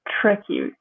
tricky